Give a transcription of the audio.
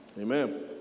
Amen